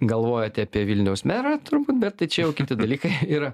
galvojote apie vilniaus merą turbūt bet tai čia jau kiti dalykai ir